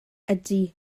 ydy